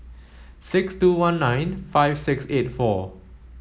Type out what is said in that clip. six two one nine five six eight four